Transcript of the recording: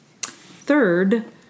Third